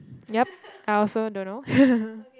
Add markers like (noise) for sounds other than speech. yup I also don't know (laughs)